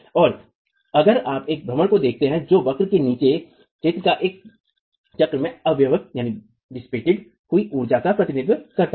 और अगर आप एक भ्रमण को देखते हैंजो वक्र के नीचे का क्षेत्र एक चक्र में अपव्यय हुई ऊर्जा का प्रतिनिधित्व करता है